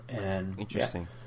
Interesting